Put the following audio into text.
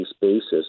basis